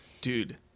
Dude